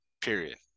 period